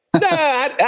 No